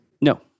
No